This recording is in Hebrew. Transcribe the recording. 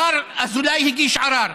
השר אזולאי הגיש ערר,